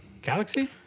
Galaxy